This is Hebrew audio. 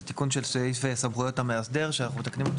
זה תיקון של סעיף סמכויות המאסדר שאנחנו מתקנים אותו